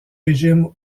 régime